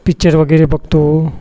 picture वगैरे बघतो